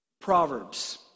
Proverbs